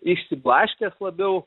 išsiblaškęs labiau